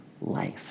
life